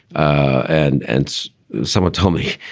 and and it's someone told me,